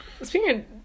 Speaking